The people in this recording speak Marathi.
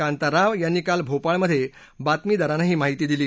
कांताराव यांनी काल भोपाळमधे बातमीदारांना ही माहिती दिली